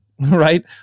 right